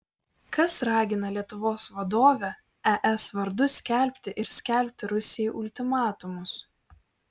kas ragina lietuvos vadovę es vardu skelbti ir skelbti rusijai ultimatumus